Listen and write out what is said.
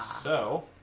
so